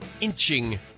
inching